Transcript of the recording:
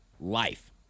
Life